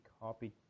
copy